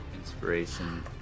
Inspiration